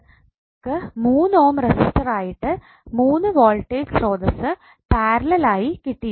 നമുക്ക് 3 ohm resistor ആയിട്ട് 3 voltage സ്രോതസ്സ് പാരലൽ ആയി കിട്ടിയിട്ടുണ്ട്